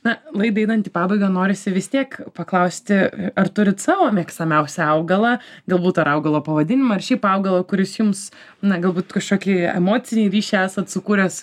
na laidai einant į pabaigą norisi vis tiek paklausti ar turit savo mėgstamiausią augalą galbūt ar augalo pavadinimą ar šiaip augalą kuris jums na galbūt kažkokį emocinį ryšį esat sukūręs